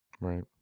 Right